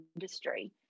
industry